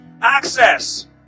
Access